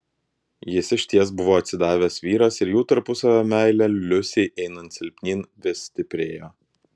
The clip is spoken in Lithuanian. jis išties buvo atsidavęs vyras ir jų tarpusavio meilė liusei einant silpnyn vis stiprėjo